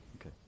okay